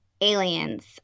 Aliens